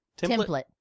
Template